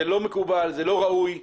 זה לא מקובל וזה לא ראוי.